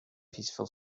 peaceful